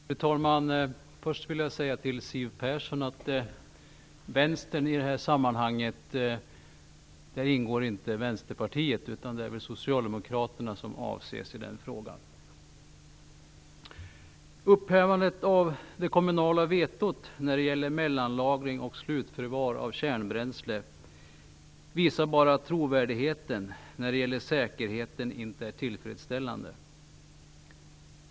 Fru talman! Först vill jag säga till Siw Persson att Vänsterpartiet inte ingår i vänstern i detta sammanhang. Det är väl Socialdemokraterna som avses i den frågan. Upphävandet av det kommunala vetot när det gäller mellanlagring och slutförvar av kärnbränsle visar bara att trovärdigheten när det gäller säkerheten inte är tillfredsställande.